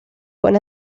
con